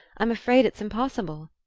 i'm afraid it's impossible.